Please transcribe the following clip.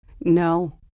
No